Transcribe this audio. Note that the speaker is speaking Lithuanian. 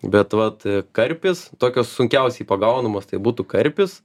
bet vat karpis tokios sunkiausiai pagaunamos tai būtų karpis